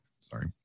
Sorry